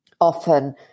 often –